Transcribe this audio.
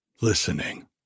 listening